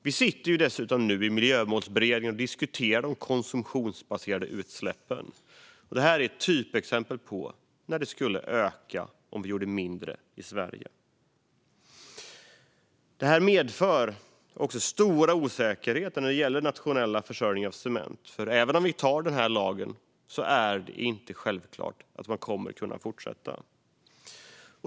Vi sitter dessutom nu i Miljömålsberedningen och diskuterar de konsumtionsbaserade utsläppen. Det här är ett typexempel på hur de skulle öka om vi gör mindre i Sverige. Det här medför också stora osäkerheter när det gäller den nationella försörjningen av cement, för även om vi antar den här lagen är det inte självklart att man kommer att kunna fortsätta.